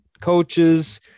coaches